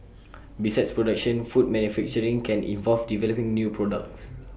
besides production food manufacturing can involve developing new products